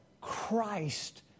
Christ